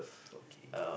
okay